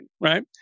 right